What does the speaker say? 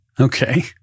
Okay